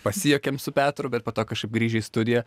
pasijuokėm su petru bet po to kažkaip grįžę į studiją